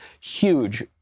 huge